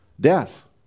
Death